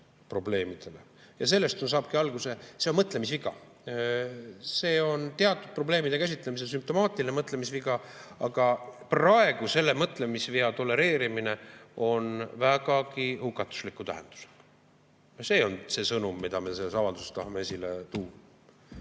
vaatepunkt probleemidele. Ja see on mõtlemisviga. See on teatud probleemide käsitlemisel sümptomaatiline mõtlemisviga. Aga praegu selle mõtlemisvea tolereerimine on vägagi hukatusliku tähendusega. See on see sõnum, mida me selles avalduses tahame esile tuua.